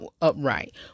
upright